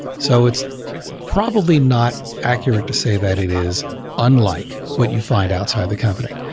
so it's probably not accurate to say that it is unlike what you find outside the company,